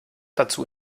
dazu